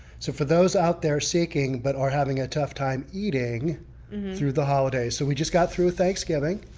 so for those out there seeking but are having a tough time eating through the holidays. so we just got through thanksgiving,